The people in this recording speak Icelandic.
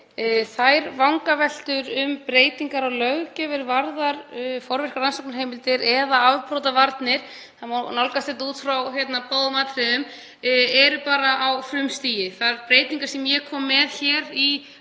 Vangaveltur um breytingar á löggjöf er varðar forvirkar rannsóknarheimildir eða afbrotavarnir, það má nálgast þetta út frá báðum atriðum, eru á frumstigi. Þær breytingar sem ég kom með í